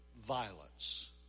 violence